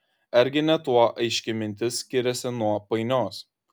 argi ne tuo aiški mintis skiriasi nuo painios